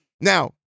Now